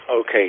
Okay